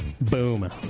Boom